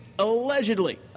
Allegedly